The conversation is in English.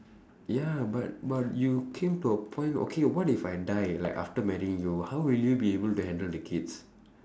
ya but but you came to a point okay what if I die like after marrying you how would you be able to handle the kids